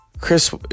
Chris